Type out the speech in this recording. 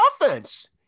offense